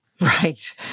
Right